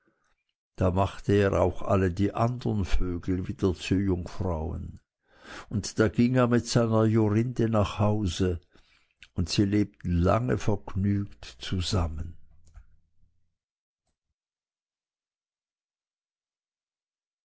da machte er auch alle die andern vögel wieder zu jungfrauen und da ging er mit seiner jorinde nach hause und sie lebten lange vergnügt zusammen